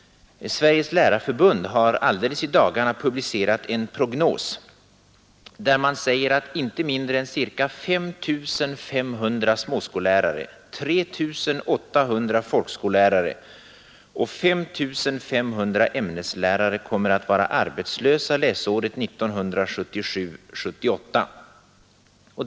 Sveriges Lärarförbund har i dagarna publicerat en prognos, där man säger att inte mindre än ca 5 500 småskollärare, 3 800 folkskollärare och 5 500 ämneslärare kommer att vara arbetslösa läsåret 1977/78.